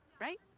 Right